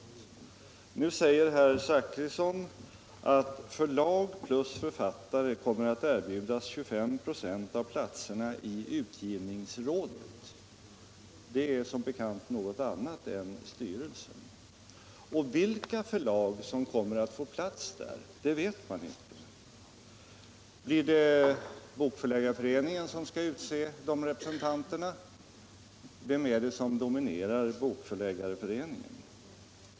Nu säger herr Zachrisson att förlag plus förtattare kommer att erbjudas 25 6 av platserna i utgivningsrådet. Det är som bekant något annat än styrelsen. Och vilka förlag som kommer att få plats där vet man inte. Blir det Bokförtäggareföreningen som skall utse de representanterna? Vem är det som dominerar Bokförläggareföreningen?